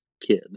kid